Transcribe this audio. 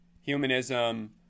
humanism